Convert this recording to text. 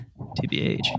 TBH